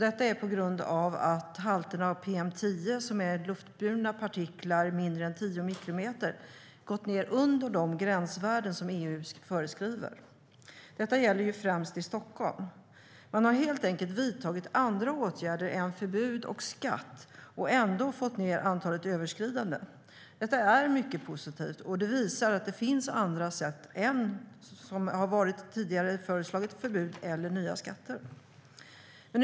Det är på grund av att halterna av PM10, vilket är luftburna partiklar som är mindre än 10 mikrometer, har gått ned under de gränsvärden EU föreskriver. Detta gäller främst i Stockholm. Man har helt enkelt vidtagit andra åtgärder än förbud och skatter och ändå fått ned antalet överskridanden. Detta är mycket positivt, och det visar att det finns andra sätt än - vilket har föreslagits tidigare - förbud och nya skatter.